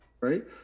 Right